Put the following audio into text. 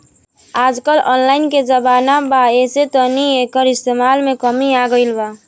आजकल ऑनलाइन के जमाना बा ऐसे तनी एकर इस्तमाल में कमी आ गइल बा